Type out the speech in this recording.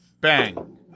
Bang